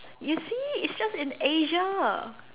you see it's just in asia